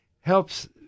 helps